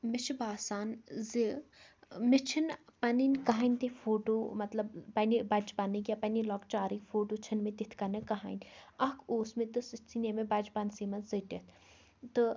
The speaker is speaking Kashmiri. مےٚ چھُ باسان زِ ٲں مےٚ چھِنہٕ پَنٕنۍ کٕہٲنۍ تہِ فوٗٹوٗ مطلب پننہِ بَچپَنٕکۍ یا پننہِ لۄکچارٕکۍ فوٗٹوٗ چھِنہٕ مےٚ تِتھ کٔنہٕ کٕہٲنۍ اَکھ اوٗس مےٚ تہٕ سُہ ژھٕنے مےٚ بَچپَنسٕے منٛز ژٔٹِتھ تہٕ